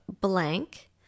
blank